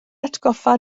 atgoffa